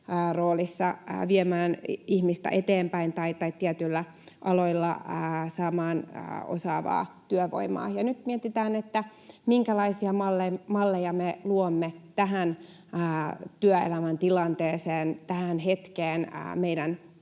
roolissa viemään ihmistä eteenpäin tai tietyillä aloilla saamaan osaavaa työvoimaa. Nyt mietitään, minkälaisia malleja me luomme tähän työelämän tilanteeseen, tähän hetkeen, meidän